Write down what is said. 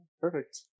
Perfect